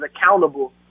accountable